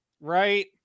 right